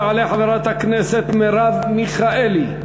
תעלה חברת הכנסת מרב מיכאלי,